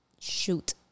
Shoot